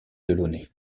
delaunay